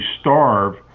starve